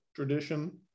Tradition